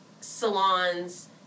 salons